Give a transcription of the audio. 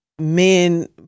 men